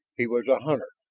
he was a hunter,